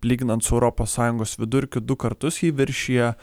lyginant su europos sąjungos vidurkiu du kartus jį viršija